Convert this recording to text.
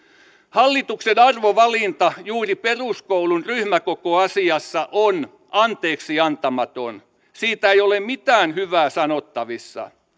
hallituksen arvovalinta juuri peruskoulun ryhmäkokoasiassa on anteeksiantamaton siitä ei ole mitään hyvää sanottavissa